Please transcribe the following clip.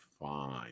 fine